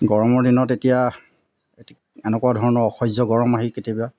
গৰমৰ দিনত এতিয়া এনেকুৱা ধৰণৰ অসহ্য গৰম আহি কেতিয়াবা